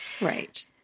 right